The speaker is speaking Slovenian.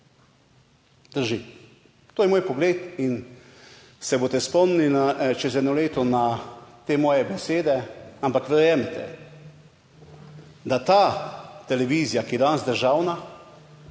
Drži. To je moj pogled in se boste spomnili čez eno leto na te moje besede, ampak verjemite, da ta televizija, ki je danes državna,